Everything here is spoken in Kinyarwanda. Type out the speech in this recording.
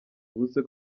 ubuse